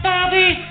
Bobby